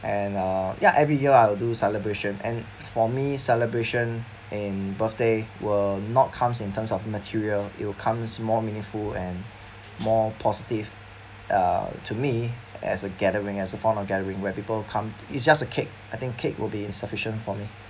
and uh ya every year I will do celebration and for me celebration in birthday will not comes in terms of material it'll comes more meaningful and more positive uh to me as a gathering as a form of gathering where people come it's just a cake I think cake will be insufficient for me